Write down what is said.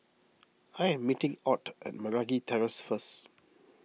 I am meeting Ott at Meragi Terrace first